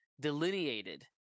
delineated